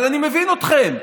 אבל אני מבין אתכם,